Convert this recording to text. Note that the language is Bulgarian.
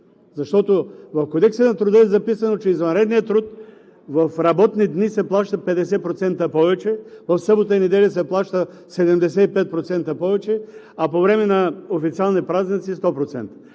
Защото в Кодекса на труда е записано, че извънредният труд в работни дни се плаща 50% повече, в събота и неделя се плаща 75% повече, а по време на официални празници – 100%.